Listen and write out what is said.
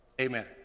Amen